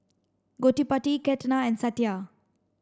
Gottipati Ketna and Satya